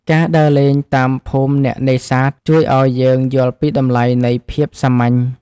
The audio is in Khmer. ការដើរលេងតាមភូមិអ្នកនេសាទ ជួយឱ្យយើងយល់ពីតម្លៃនៃភាពសាមញ្ញ។